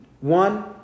One